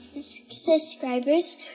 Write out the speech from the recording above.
subscribers